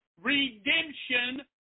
redemption